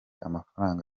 amafaranga